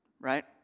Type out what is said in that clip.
right